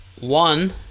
One